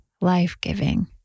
life-giving